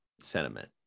sentiment